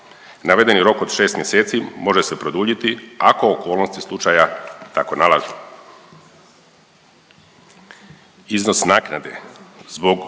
Navedeni rok od šest mjeseci može se produljiti ako okolnosti slučaja tako nalažu.